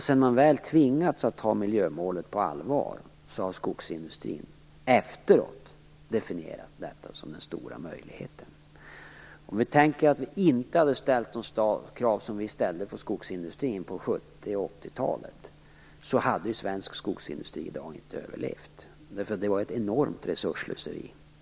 Sedan man väl tvingats att ta miljömålet på allvar har skogsindustrin efteråt definierat detta som den stora möjligheten. Om vi inte hade ställt de krav som vi ställde på skogsindustrin på 70 och 80-talen, hade svensk skogsindustri inte överlevt. Det var ett enormt resursslöseri.